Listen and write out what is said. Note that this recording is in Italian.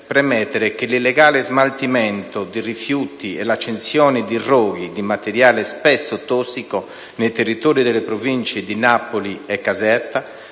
premettere che l'illegale smaltimento di rifiuti e l'accensione di roghi di materiale spesso tossico nei territori delle province di Napoli e Caserta